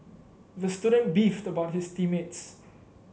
the student beefed about his team mates